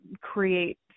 create